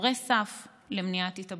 שומרי סף למניעת התאבדויות.